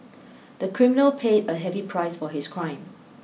the criminal paid a heavy price for his crime